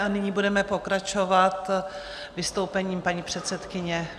Nyní budeme pokračovat vystoupením paní předsedkyně.